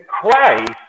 Christ